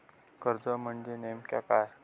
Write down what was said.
कर्ज म्हणजे नेमक्या काय?